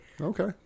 okay